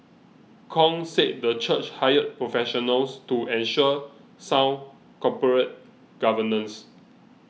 Kong said the church hired professionals to ensure sound corporate governance